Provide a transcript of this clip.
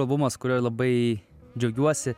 albumas kuriuo labai džiaugiuosi